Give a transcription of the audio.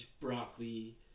broccoli